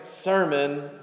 sermon